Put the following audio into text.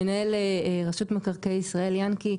מנהל רשות מקרקעי ישראל יענקי,